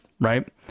Right